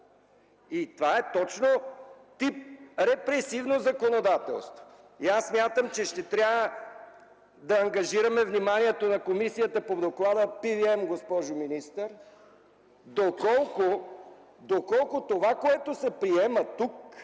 И това е точно тип репресивно законодателство. Аз смятам, че ще трябва да ангажираме вниманието на Комисията по доклада от PVM, госпожо министър, доколко това, което се приема тук